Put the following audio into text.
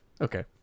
Okay